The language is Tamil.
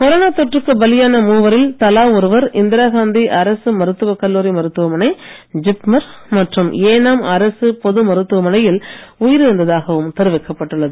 கொரோனா தொற்றுக்கு பலியான மூவரில் தலா ஒருவர் இந்திரா காந்தி அரசு மருத்தவ கல்லூரி மருத்துவமனை ஜிப்மர் மற்றும் ஏனாம் அரசு பொது மருத்துவமனையில் உயிரிழந்ததாகவும் தெரிவிக்கப்பட்டுள்ளது